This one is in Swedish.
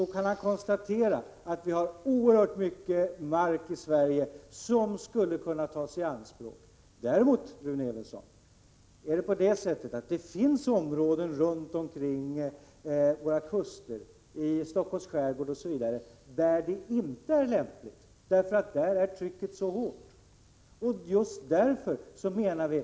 Då kan han konstatera att vi har oerhört mycket mark i Sverige som skulle kunna tas i anspråk. Däremot finns det områden runt våra kuster — i Stockholms skärgård osv. — där det inte är lämpligt att bygga längs stränderna, eftersom trycket där är mycket hårt.